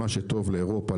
מה שטוב לאירופה,